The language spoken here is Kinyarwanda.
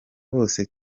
bose